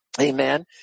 Amen